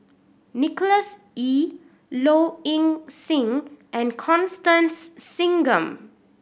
Nicholas Ee Low Ing Sing and Constance Singam